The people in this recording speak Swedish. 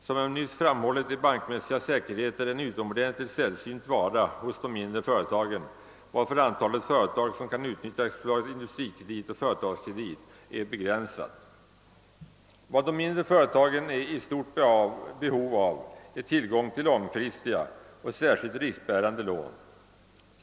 Som jag nyss framhållit är bankmässiga säkerheter en utomordentligt sällsynt vara hos de mindre företagen, varför antalet företag som kan utnyttja AB Industrikredit och AB Företagskredit är starkt begränsat. Vad de mindre företagen är i stort behov av är tillgång till långfristiga och särskilt riskbärande lån.